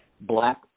black